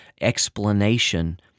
explanation